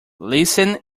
listen